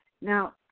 Now